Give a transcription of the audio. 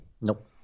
Nope